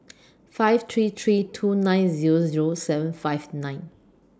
five three three two nine Zero Zero seven five nine